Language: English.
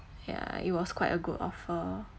ya it was quite a good offer